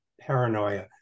paranoia